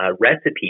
recipe